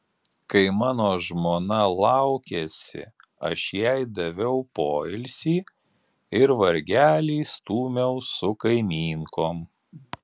kai mano žmona laukėsi aš jai daviau poilsį ir vargelį stūmiau su kaimynkom